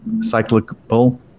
cyclical